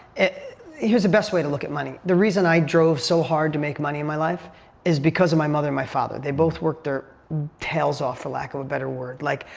here's the best way to look at money. the reason i drove so hard to make money in my life is because of my mother and my father. they both worked their tails off for lack of a better word. like,